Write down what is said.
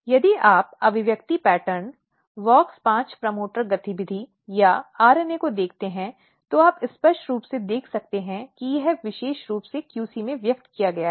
यदि आप अभिव्यक्ति पैटर्न WOX5 प्रमोटर गतिविधि या RNA को देखते हैं तो आप स्पष्ट रूप से देख सकते हैं कि यह विशेष रूप से QC में व्यक्त किया गया है